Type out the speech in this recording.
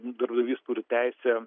darbdavys turi teisę